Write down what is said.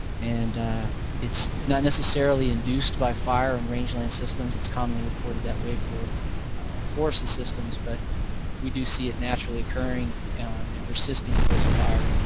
and its not necessarily induced by fire in rangeland systems. it's commonly reported that way for forested systems but we do see it naturally occurring and persisting post-fire.